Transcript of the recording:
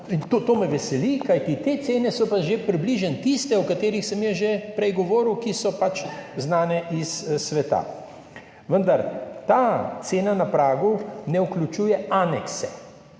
To me veseli, kajti te cene so pa že približno tiste, o katerih sem jaz že prej govoril, ki so pač znane iz sveta, vendar ta cena na pragu ne vključuje aneksov,